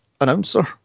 announcer